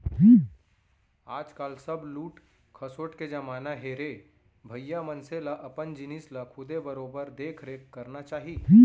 आज काल सब लूट खसोट के जमाना हे रे भइया मनसे ल अपन जिनिस ल खुदे बरोबर देख रेख करना चाही